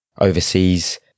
overseas